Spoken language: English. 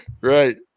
Right